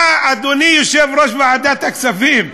אתה, אדוני יושב-ראש ועדת הכספים,